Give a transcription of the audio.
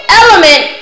element